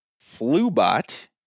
Flubot